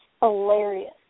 hilarious